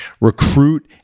recruit